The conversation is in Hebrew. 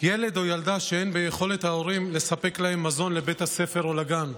ילד או ילדה שאין ביכולת ההורים לספק להם מזון לבית הספר או לגן,